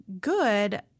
good –